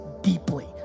deeply